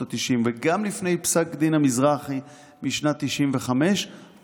התשעים וגם לפני פסק דין המזרחי בשנת 1995 בג"ץ,